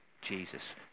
Jesus